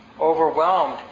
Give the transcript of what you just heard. overwhelmed